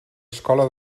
escola